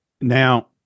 Now